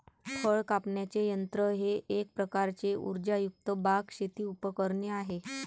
फळ कापण्याचे यंत्र हे एक प्रकारचे उर्जायुक्त बाग, शेती उपकरणे आहे